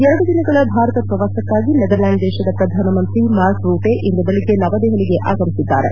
ಎರಡು ದಿನಗಳ ಭಾರತ ಪ್ರವಾಸಕ್ಕಾಗಿ ನೆದರ್ಲ್ಲಾಂಡ್ ದೇಶದ ಪ್ರಧಾನಮಂತ್ರಿ ಮಾರ್ಕ್ ರೂಟೆ ಇಂದು ಬೆಳಗ್ಗೆ ನವದೆಹಲಿಗೆ ಆಗಮಿಸಿದ್ದಾರೆ